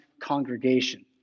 congregation